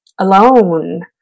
alone